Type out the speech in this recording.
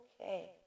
okay